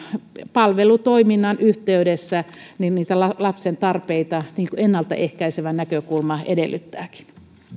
palvelutoiminnan yhteydessä lapsen tarpeita niin kuin ennalta ehkäisevä näkökulma edellyttääkin